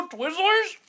Twizzlers